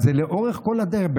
זה לאורך כל הדרך,